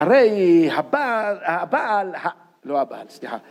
הרי הבעל, הבעל, לא הבעל סליחה...